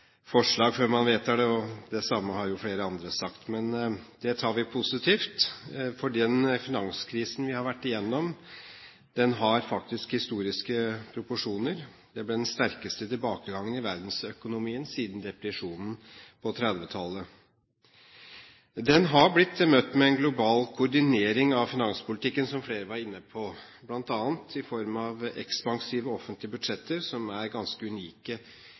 forslag før man vedtar dem. Det samme har flere andre sagt. Det tar vi positivt. Den finanskrisen vi har vært igjennom, har historiske proporsjoner. Det ble den sterkeste tilbakegangen i verdensøkonomien siden depresjonen på 1930-tallet. Den har blitt møtt med en global koordinering av finanspolitikken, som flere var inne på, bl.a. i form av ekspansive offentlige budsjetter, som er ganske